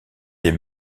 des